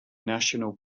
national